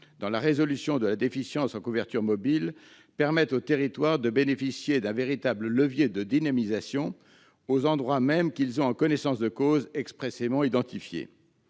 dans la résolution de la déficience en couverture mobile, permette aux territoires de bénéficier d'un véritable levier de dynamisation, aux endroits mêmes qu'ils ont, en connaissance de cause, expressément identifiés.